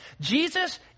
Jesus